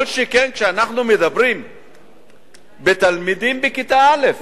כל שכן כשאנחנו מדברים בתלמידים בכיתה א'.